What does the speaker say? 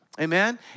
Amen